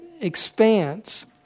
expanse